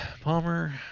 Palmer